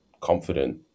confident